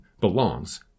belongs